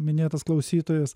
minėtas klausytojas